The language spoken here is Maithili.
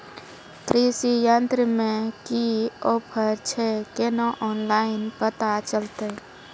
कृषि यंत्र मे की ऑफर छै केना ऑनलाइन पता चलतै?